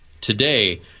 Today